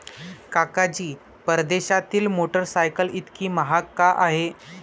काका जी, परदेशातील मोटरसायकल इतकी महाग का आहे?